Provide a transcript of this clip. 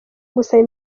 gusaba